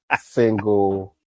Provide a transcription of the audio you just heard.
single